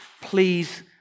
please